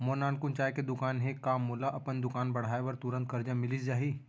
मोर नानकुन चाय के दुकान हे का मोला अपन दुकान बढ़ाये बर तुरंत करजा मिलिस जाही?